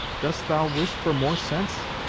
dost thou wish for more sense?